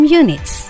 units